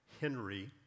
Henry